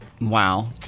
Wow